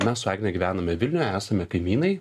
mes su agne gyvename vilniuje esame kaimynai